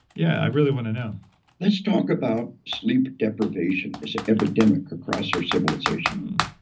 yeah, i really wanna know let's talk about sleep deprivation. it's an epidemic across our civilization.